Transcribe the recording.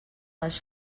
les